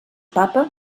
papa